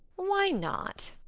why not?